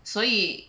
所以